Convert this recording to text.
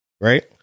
Right